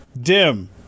Dim